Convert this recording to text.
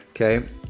Okay